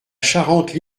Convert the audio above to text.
charente